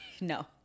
No